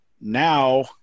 now